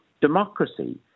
democracy